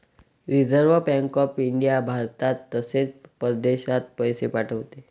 reserve bank of India भारतात तसेच परदेशात पैसे पाठवते